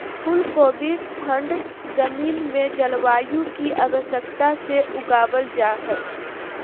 फूल कोबी ठंड जमीन में जलवायु की आवश्यकता से उगाबल जा हइ